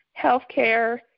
healthcare